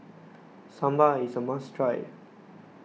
Sambar is a must try